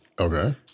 Okay